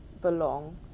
belong